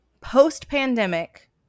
Post-pandemic